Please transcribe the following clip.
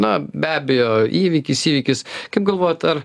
na be abejo įvykis įvykis kaip galvojat ar